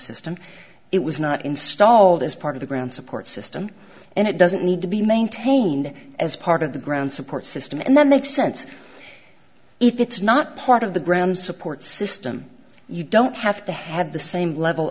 system it was not installed as part of the ground support system and it doesn't need to be maintained as part of the ground support system and that makes sense if it's not part of the ground support system you don't have to have the same level